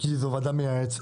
כי זו ועדה מייעצת.